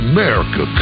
America